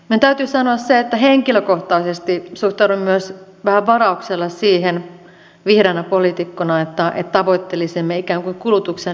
minun täytyy sanoa se että henkilökohtaisesti vihreänä poliitikkona suhtaudun myös vähän varauksella siihen että tavoittelisimme ikään kuin kulutuksen lisäämistä